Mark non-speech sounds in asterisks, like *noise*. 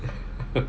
*laughs*